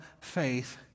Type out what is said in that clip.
faith